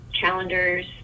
calendars